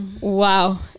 wow